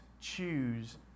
choose